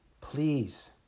please